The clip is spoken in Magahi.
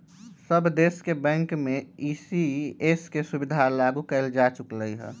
सब देश के बैंक में ई.सी.एस के सुविधा लागू कएल जा चुकलई ह